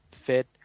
Fit